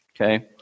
Okay